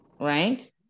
right